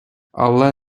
але